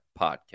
podcast